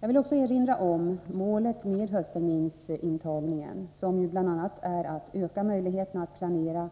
Jag vill också erinra om målet med höstterminsintagningen, som ju bl.a. är att öka möjligheterna att planera